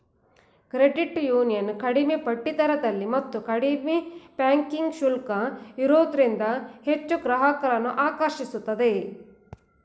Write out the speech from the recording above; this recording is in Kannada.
ಕ್ರೆಡಿಟ್ ಯೂನಿಯನ್ ಕಡಿಮೆ ಬಡ್ಡಿದರದಲ್ಲಿ ಮತ್ತು ಕಡಿಮೆ ಬ್ಯಾಂಕಿಂಗ್ ಶುಲ್ಕ ಇರೋದ್ರಿಂದ ಹೆಚ್ಚು ಗ್ರಾಹಕರನ್ನು ಆಕರ್ಷಿಸುತ್ತಿದೆ